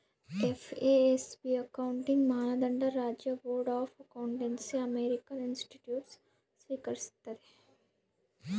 FASB accounting ಮಾನದಂಡ ರಾಜ್ಯ board of accountancy American institutes ಸ್ವೀಕರಿಸ್ತತೆ